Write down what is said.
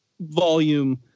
volume